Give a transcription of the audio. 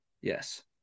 Yes